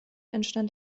entstand